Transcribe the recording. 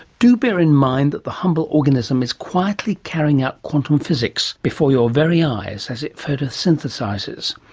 do bear in mind that the humble organism is quietly carrying out quantum physics before your very eyes as it photosynthesises.